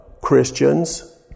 Christians